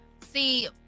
See